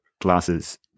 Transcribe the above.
glasses